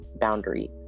boundary